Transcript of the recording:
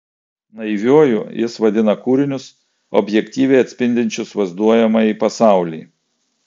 naiviuoju jis vadina kūrinius objektyviai atspindinčius vaizduojamąjį pasaulį